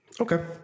okay